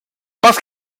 but